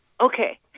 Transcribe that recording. okay